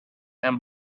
and